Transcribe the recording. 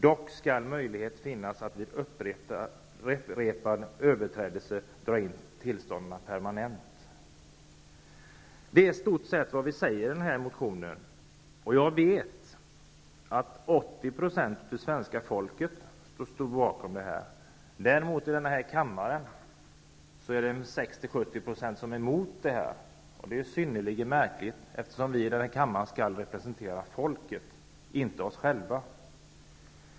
Dock skall möjlighet finnas att vid upprepade överträdelser dra in tillståndet permanent. Det är i stort sett vad vi säger i vår motion. Jag vet att 80 procent av svenska folket står bakom detta. I den här kammaren är däremot 60-70 procent emot detta. Det är synnerligen märkligt eftersom vi i denna kammare skall representera folket och inte oss själva.